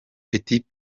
petit